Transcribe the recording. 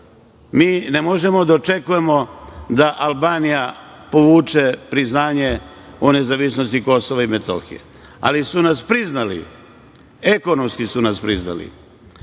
ne možemo da očekujemo da Albanija povuče priznanje o nezavisnosti KiM, ali su nas priznali, ekonomski su nas priznali.